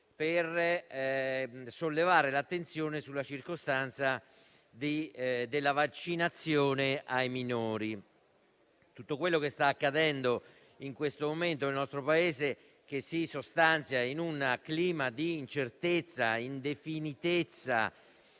per sollevare l'attenzione sulla circostanza della vaccinazione ai minori. Tutto quello che sta accadendo in questo momento nel nostro Paese si sostanzia in un clima di incertezza, indefinitezza